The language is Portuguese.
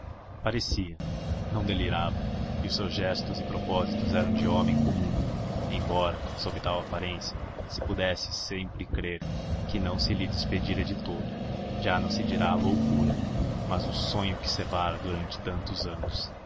parecia não delirava e os seus gestos e propósitos eram de homem comum embora sob tal aparência se pudesse sempre crer que não se lhe despedira de todo já não se irá a loucura mas o sonho que cevara durante tantos anos